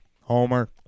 Homer